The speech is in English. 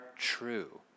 true